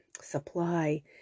supply